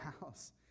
house